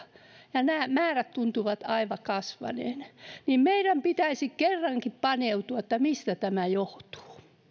ja nämä määrät tuntuvat aina kasvaneen meidän pitäisi kerrankin paneutua siihen mistä tämä johtuu